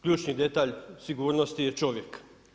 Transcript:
Ključni detalj sigurnosti je čovjek.